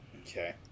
Okay